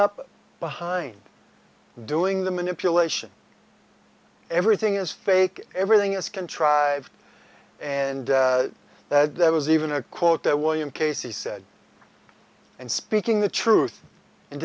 up behind doing the manipulation everything is fake everything is contrived and there was even a quote that william casey said and speaking the truth